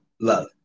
love